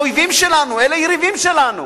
הם אויבים שלנו, אלה יריבים שלנו.